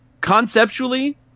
Conceptually